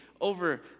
over